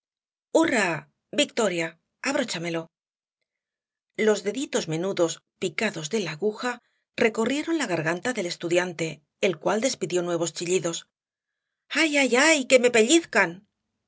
hurra victoria abróchamelo los deditos menudos picados de la aguja recorrieron la garganta del estudiante el cual despidió nuevos chillidos ay ay ay que me pelliiizcan pero